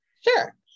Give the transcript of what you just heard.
Sure